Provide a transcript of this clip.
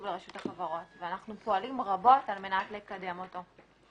לרשות החברות ואנחנו פועלים רבות על מנת לקדם אותו.